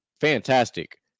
fantastic